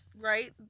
right